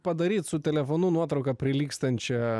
padaryti su telefonu nuotrauką prilygstančią